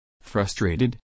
frustrated